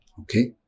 Okay